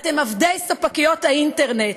אתם עבדי ספקיות האינטרנט.